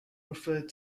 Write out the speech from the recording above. referred